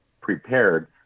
prepared